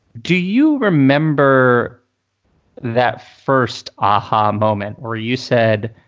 do you remember that first aha moment or you said,